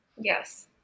Yes